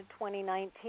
2019